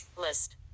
List